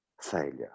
failure